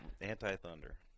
anti-Thunder